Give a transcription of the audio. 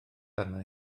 arna